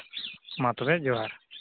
ᱢᱟ ᱛᱚᱵᱮ ᱡᱚᱦᱟᱨ